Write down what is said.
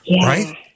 right